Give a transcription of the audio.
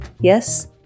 Yes